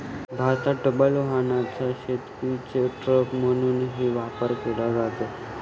भारतात डबल वाहनाचा शेतीचे ट्रक म्हणूनही वापर केला जातो